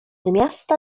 miasta